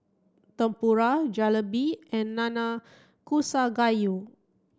Tempura Jalebi and Nanakusa Gayu